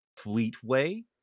Fleetway